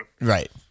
Right